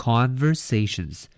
Conversations